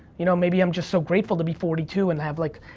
you know, maybe i'm just so grateful to be forty two, and have like,